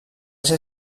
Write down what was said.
ser